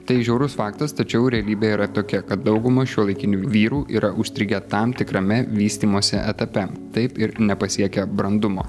tai žiaurus faktas tačiau realybė yra tokia kad dauguma šiuolaikinių vyrų yra užstrigę tam tikrame vystymosi etape taip ir nepasiekia brandumo